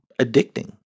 addicting